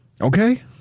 Okay